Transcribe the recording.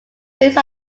based